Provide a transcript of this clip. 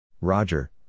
Roger